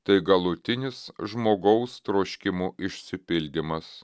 tai galutinis žmogaus troškimų išsipildymas